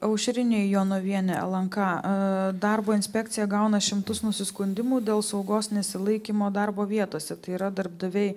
aušrinė jonavienė lnk darbo inspekcija gauna šimtus nusiskundimų dėl saugos nesilaikymo darbo vietose tai yra darbdaviai